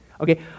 Okay